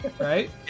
right